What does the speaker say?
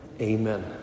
Amen